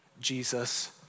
Jesus